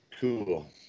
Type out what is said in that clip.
Cool